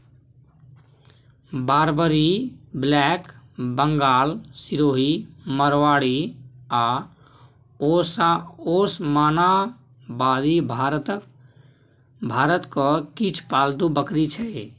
Barbari, black Bengal, Sirohi, Marwari आ ओसमानाबादी भारतक किछ पालतु बकरी छै